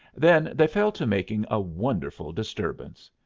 then they fell to making a wonderful disturbance.